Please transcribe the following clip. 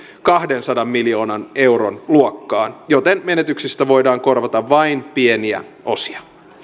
kahdensadan miljoonan euron luokkaan joten menetyksistä voidaan korvata vain pieniä osia